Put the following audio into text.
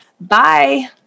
Bye